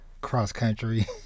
cross-country